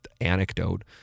anecdote